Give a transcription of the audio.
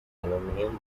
aluminium